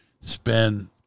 spend